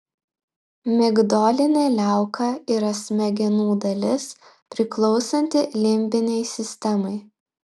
migdolinė liauka yra smegenų dalis priklausanti limbinei sistemai